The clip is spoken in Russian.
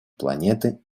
планеты